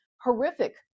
horrific